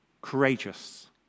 courageous